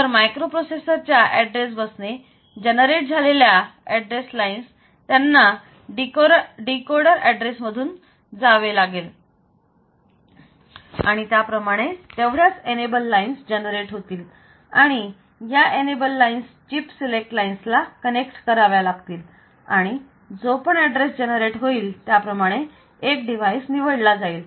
तर मायक्रोप्रोसेसर च्या address bus ने उत्पन्न झालेल्या ऍड्रेस लाईन्स त्यांना डीकोडर ऍड्रेस मधून जावे लागेल आणि त्याप्रमाणे तेवढ्याच एनेबल लाईन्स जनरेट होतील आणि या एनेबल लाईन्स चिप सिलेक्ट लाईन्सला कनेक्ट कराव्या लागतील आणि जो पण ऍड्रेस जनरेट होईल त्याप्रमाणे एक डिवाइस निवडला जाईल